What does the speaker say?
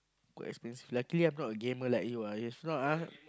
quite expensive luckily I'm not a gamer like you ah if not ah